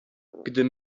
gdym